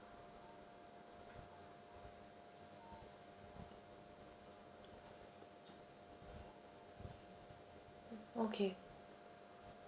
okay